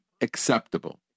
acceptable